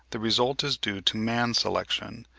the result is due to man's selection,